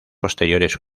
posteriores